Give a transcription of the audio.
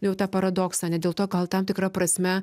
jau tą paradoksą ne dėl to gal tam tikra prasme